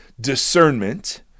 discernment